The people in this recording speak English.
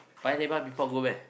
Paya-Lebar mee-pok good meh